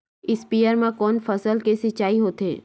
स्पीयर म कोन फसल के सिंचाई होथे?